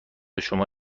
شما